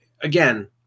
again